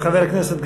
חבר הכנסת גפני,